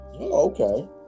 Okay